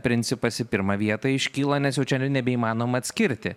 principas į pirmą vietą iškyla nes jau čia nebeįmanoma atskirti